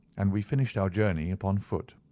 and we finished our journey upon foot.